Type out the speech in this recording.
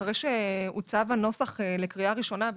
אחרי שהוצע בנוסח לקריאה ראשונה,